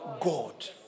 God